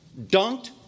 dunked